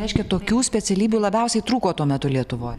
reiškia tokių specialybių labiausiai trūko tuo metu lietuvoj